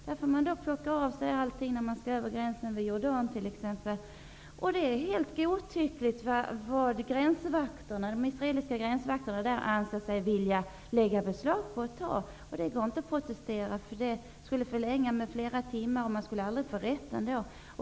Palestinierna från plocka av sig allting när de t.ex. skall passera gränsen vid Jordan. Det är helt godtyckligt vad de israeliska gränsvakterna lägger beslag på. Det går inte att protestera, eftersom det skulle innebära en förlängning med flera timmar, och man skulle ändå aldrig få rätt.